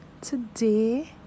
today